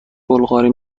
بلغاری